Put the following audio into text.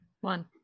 One